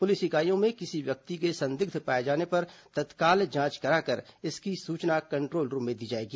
police इकाईयों में किसी व्यक्ति के संदिग्ध व्यक्ति पाए जाने पर तत्काल जांच कराकर इसकी सूचना कंट्रोल रूम में दी जाएगी